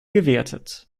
gewertet